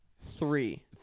three